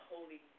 Holy